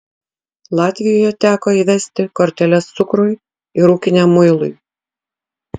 latvijoje teko įvesti korteles cukrui ir ūkiniam muilui